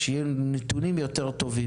כדי שיהיו נתונים יותר טובים.